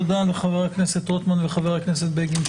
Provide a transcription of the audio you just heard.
תודה לחבר הכנסת רוטמן ולחבר הכנסת בגין,